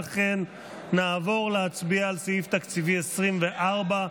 לכן נעבור להצביע על סעיף תקציבי 24,